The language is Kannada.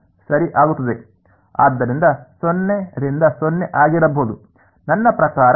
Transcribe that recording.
ಆದ್ದರಿಂದ 0 ರಿಂದ 0 ಆಗಿರಬಹುದು